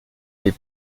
les